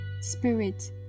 spirit